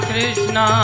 Krishna